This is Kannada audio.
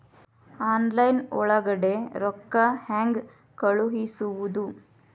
ಆನ್ಲೈನ್ ಒಳಗಡೆ ರೊಕ್ಕ ಹೆಂಗ್ ಕಳುಹಿಸುವುದು?